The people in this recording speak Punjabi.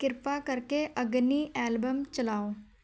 ਕਿਰਪਾ ਕਰਕੇ ਅਗਨੀ ਐਲਬਮ ਚਲਾਓ